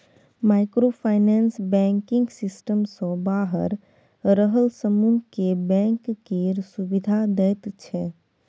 micro finance banking system सँ बाहर रहल समुह केँ बैंक केर सुविधा दैत छै